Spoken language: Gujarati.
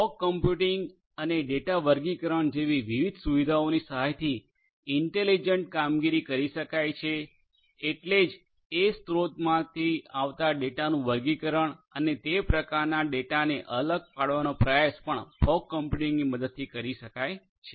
ફોગ કમ્પ્યુટિંગ અને ડેટા વર્ગીકરણ જેવી વિવિધ સુવિધાઓની સહાયથી ઇન્ટેલીજન્ટ કામગીરી કરી શકાય છે એટલે કે એજ સ્રોતમાંથી આવતા ડેટાનું વર્ગીકરણ અને તે પ્રકારના ડેટાને અલગ પાડવાનો પ્રયાસ પણ ફોગ કમ્પ્યુટિંગની મદદથી કરી શકાય છે